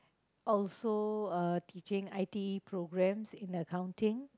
also uh teaching I_T programs in accounting